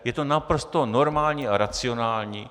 Je to naprosto normální a racionální.